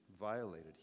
violated